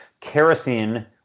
kerosene